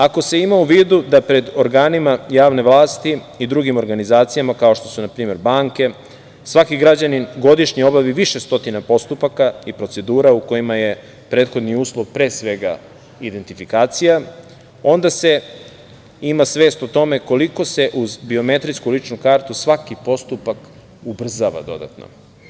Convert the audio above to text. Ako se ima u vidu da pred organima druge vlasti i drugim organizacijama, kao što su na primer, banke, svaki građanin godišnje obavi više stotina postupaka i procedura u kojima je prethodni uslov, pre svega identifikacija, onda se ima svest o tome, koliko se uz biometrijsku ličnu kartu, svaki postupak ubrzava dodatno.